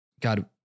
God